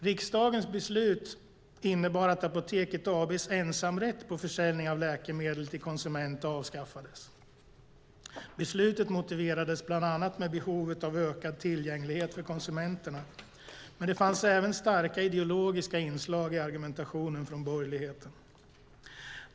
Riksdagens beslut innebar att Apoteket AB:s ensamrätt på försäljning av läkemedel till konsument avskaffades. Beslutet motiverades bland annat med behovet av ökad tillgänglighet för konsumenterna, men det fanns även starka ideologiska inslag i argumentationen från borgerligheten.